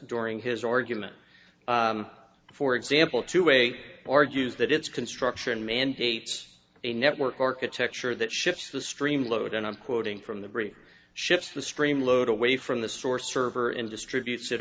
during his argument for example to a argues that its construction mandates a network architecture that shifts the stream load and i'm quoting from the very ships the stream load away from the source server and distributes it